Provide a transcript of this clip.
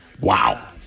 Wow